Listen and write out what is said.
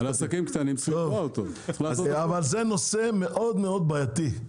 זה נושא מאוד בעייתי.